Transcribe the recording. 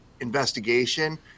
investigation